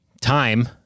time